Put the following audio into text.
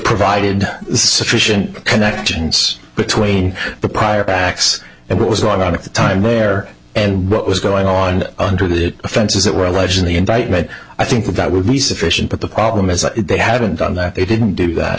provided sufficient connections between the prior acts and what was going on at the time there and what was going on under the offenses that were alleged the indictment i think that would be sufficient but the problem is they haven't done that they didn't do that